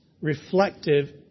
reflective